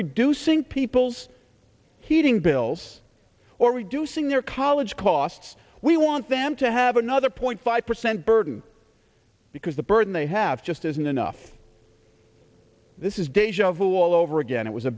reducing people's heating bills or reducing their college costs we want them to have another point five percent burden because the burden they have just isn't enough this is deja vu all over again it was a